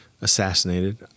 assassinated